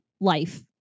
life